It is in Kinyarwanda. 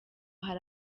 hari